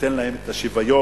תיתן להם את השוויון.